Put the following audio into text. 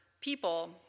people